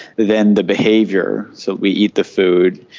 then the behaviour, so we eat the food.